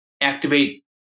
activate